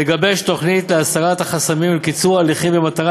לגבש תוכנית להסרת חסמים ולקיצור הליכים במטרה